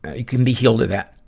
ah can be healed of that.